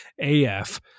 AF